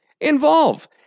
Involve